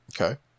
Okay